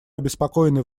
обеспокоены